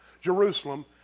Jerusalem